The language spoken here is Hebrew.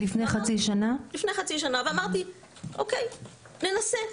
ואמרתי שננסה.